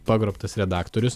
pagrobtas redaktorius